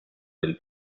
del